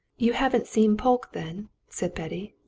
you haven't seen polke, then? said betty.